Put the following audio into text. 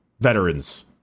veterans